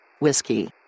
Whiskey